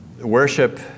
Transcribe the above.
worship